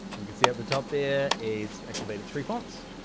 you can see at the top there it's activated three fonts,